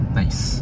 nice